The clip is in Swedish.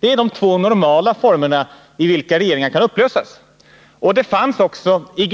Det är de två normala formerna när regeringar upplöses, och det finns i